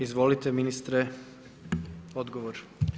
Izvolite ministre, odgovor.